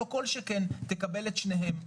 לא כל שכן תקבל את שניהם.